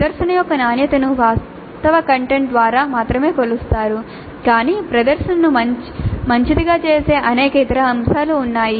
ప్రదర్శన యొక్క నాణ్యతను వాస్తవ కంటెంట్ ద్వారా మాత్రమే కొలుస్తారు కానీ ప్రదర్శనను మంచిదిగా చేసే అనేక ఇతర అంశాలు ఉన్నాయి